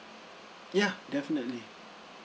yeah definitely